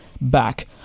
back